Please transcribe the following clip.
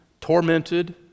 tormented